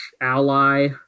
ally